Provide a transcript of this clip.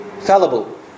fallible